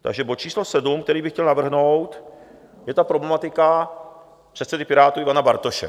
Takže bod číslo 7, který bych chtěl navrhnout, je problematika předsedy Pirátů Ivana Bartoše.